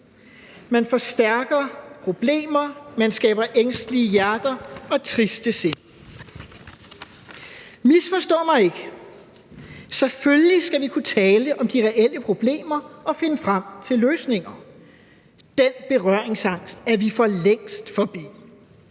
Man forstærker problemer, man skaber ængstelige hjerter og triste sind. Kl. 21:41 Misforstå mig ikke: Selvfølgelig skal vi kunne tale om de reelle problemer og finde frem til løsninger, for den berøringsangst er vi for længst forbi.